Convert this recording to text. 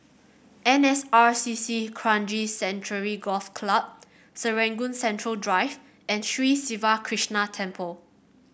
N S R C C Kranji Sanctuary Golf Club Serangoon Central Drive and Sri Siva Krishna Temple